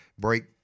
break